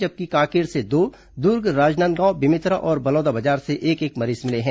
जबकि कांकेर से दो दुर्ग राजनांदगांव बेमेतरा और बलौदाबाजार से एक एक मरीज मिले हैं